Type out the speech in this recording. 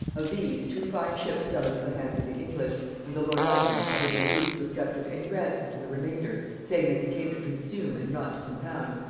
of these, two fine ships fell into the hands of the english and the lord admiral having refused to accept of any ransom for the remainder, saying that he came to consume and not to compound,